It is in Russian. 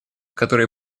которые